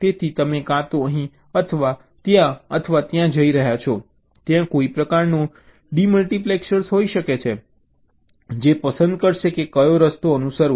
તેથી તમે કાં તો અહીં અથવા ત્યાં અથવા ત્યાં જઈ રહ્યા છો ત્યાં કોઈ પ્રકારનું ડિમલ્ટિપ્લેક્સર હોઈ શકે છે જે પસંદ કરશે કે કયો રસ્તો અનુસરવો